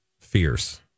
fierce